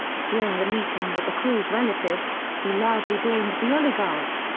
during the meeting with the crew's relatives, he loudly blamed the oligarchs,